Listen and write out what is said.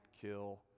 kill